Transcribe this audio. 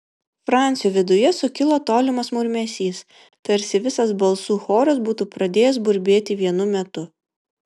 francio viduje sukilo tolimas murmesys tarsi visas balsų choras būtų pradėjęs burbėti vienu metu